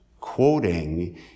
quoting